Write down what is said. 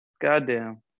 Goddamn